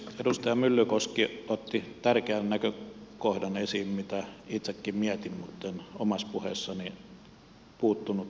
edustaja myllykoski otti esiin tärkeän näkökohdan mitä itsekin mietin mutta en omassa puheessani puuttunut siihen aikaisemmin